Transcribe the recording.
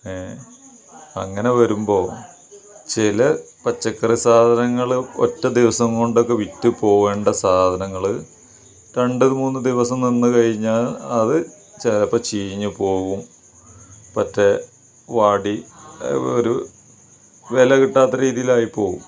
A അങ്ങനെ വരുമ്പോൾ ചില പച്ചക്കറി സാധനങ്ങൾ ഒറ്റ ദിവസം കൊണ്ടൊക്കെ വിറ്റു പോകേണ്ട സാധനങ്ങൾ രണ്ട് മൂന്ന് ദിവസം നിന്ന് കഴിഞ്ഞാൽ അത് ചിലപ്പോൾ ചീഞ്ഞു പോകും മറ്റേ വാടി ഒരു വില കിട്ടാത്ത രീതിയിൽ ആയിപ്പോകും